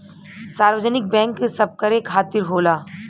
सार्वजनिक बैंक सबकरे खातिर होला